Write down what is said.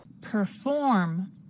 Perform